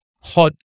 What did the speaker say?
hot